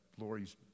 Lori's